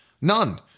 none